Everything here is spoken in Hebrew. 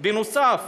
בנוסף,